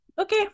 Okay